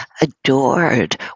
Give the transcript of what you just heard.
adored